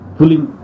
Pulling